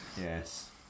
yes